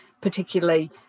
particularly